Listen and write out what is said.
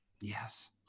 Yes